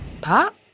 Pop